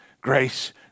grace